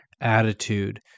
attitude